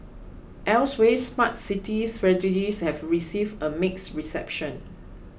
elsewhere Smart City strategies have received a mixed reception